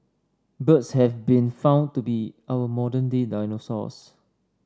birds have been found to be our modern day dinosaurs